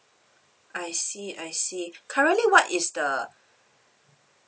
I see I see currently what is the